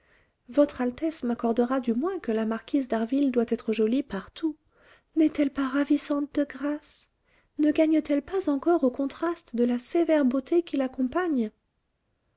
votre altesse m'accordera du moins que la marquise d'harville doit être jolie partout n'est-elle pas ravissante de grâce ne gagne t elle pas encore au contraste de la sévère beauté qui l'accompagne